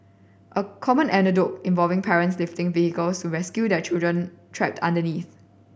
a common anecdote involving parents lifting vehicles to rescue their children trapped underneath